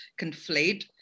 conflate